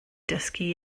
dysgu